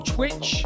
Twitch